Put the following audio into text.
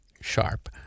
sharp